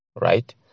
Right